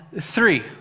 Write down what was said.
three